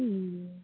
ওম